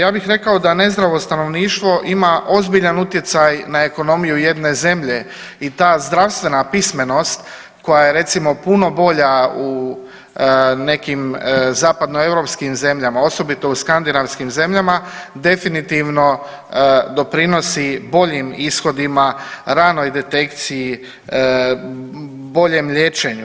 Ja bih rekao da nezdravo stanovništvo ima ozbiljan utjecaj na ekonomiju jedne zemlje i ta zdravstvena pismenost koja je recimo puno bolja u nekim zapadnoeuropskim zemljama osobito u Skandinavskim zemljama definitivno doprinosi boljim ishodima, ranoj detekciji, boljem liječenju.